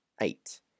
eight